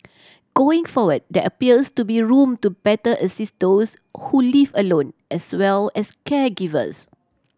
going forward there appears to be room to better assist those who live alone as well as caregivers